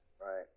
Right